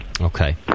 Okay